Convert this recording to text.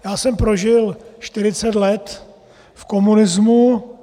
Já jsem prožil 40 let v komunismu.